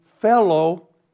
Fellow